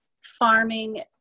farming